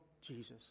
Jesus